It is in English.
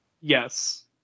Yes